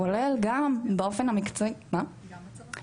כולל גם באופן המקצועי --- גם בצבא.